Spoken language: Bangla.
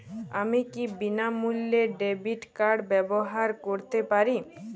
আমি কি বিনামূল্যে ডেবিট কার্ড ব্যাবহার করতে পারি?